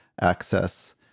access